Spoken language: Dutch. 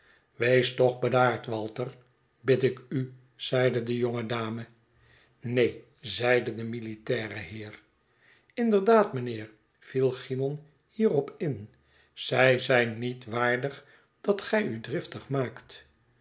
wees toch bedaard walter bid ik u zeide de jonge dame neen zeide de militaire heer inderdaad mijnheer viel cymon hierop in zij zijn niet waardig dat gij u driftig maakt